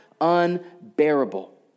unbearable